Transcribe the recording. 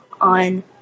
on